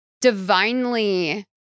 divinely